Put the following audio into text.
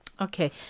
Okay